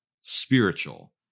spiritual